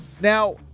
Now